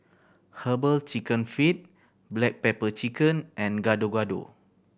Herbal Chicken Feet black pepper chicken and Gado Gado